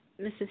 Mrs